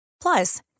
Plus